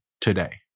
today